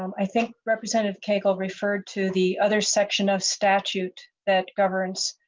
um i think representative keiko referred to the other section of statute that governs.